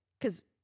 Cause